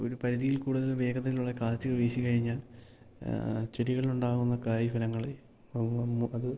ഒരു പരിധിയിൽ കൂടുതൽ വേഗതയിലുള്ള കാറ്റ് വീശി കഴിഞ്ഞാൽ ചെടികളിലുണ്ടാകുന്ന കായ് ഫലങ്ങളെ ഒന്നും അത്